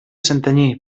santanyí